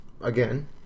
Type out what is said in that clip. again